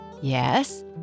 Yes